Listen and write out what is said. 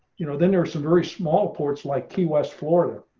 you know, then there are some very small ports like key west, florida.